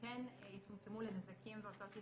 יצומצמו לנזקים והוצאות ישירות,